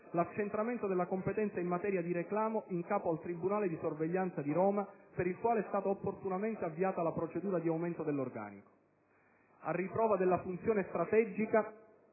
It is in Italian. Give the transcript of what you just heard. l'accentramento della competenza in materia di reclamo in capo al tribunale di sorveglianza di Roma, per il quale è stata opportunamente avviata la procedura di aumento dell'organico. A riprova della funzione strategica